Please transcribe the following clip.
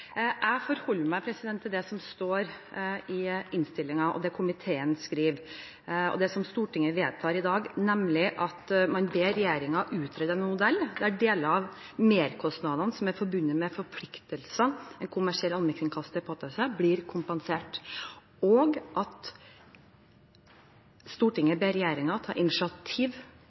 Jeg forholder meg til det som står i innstillingen, det som komiteen skriver, og som ligger i Stortingets vedtak i dag, nemlig at man ber regjeringen «utrede en modell der deler av merkostnadene som er forbundet med forpliktelsene en kommersiell allmennkringkaster påtar seg, blir kompensert». Og videre: «Stortinget ber regjeringen ta initiativ